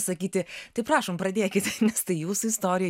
sakyti tai prašom pradėkit nes tai jūsų istorija